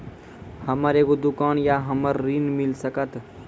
हमर एगो दुकान या हमरा ऋण मिल सकत?